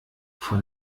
vor